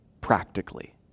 practically